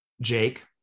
Jake